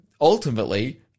ultimately